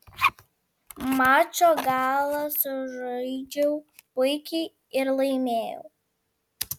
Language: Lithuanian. mačo galą sužaidžiau puikiai ir laimėjau